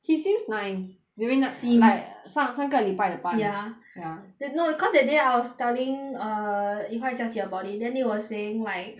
he seems nice during 那次 seems 上上个礼拜的班 ya ya then no cause that day I was telling err e hua and jia qi about it then they were saying like